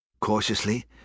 Cautiously